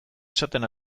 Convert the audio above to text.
esaten